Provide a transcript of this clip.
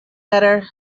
better